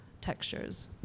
textures